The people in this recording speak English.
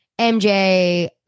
MJ